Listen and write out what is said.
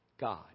God